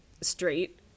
straight